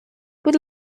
будь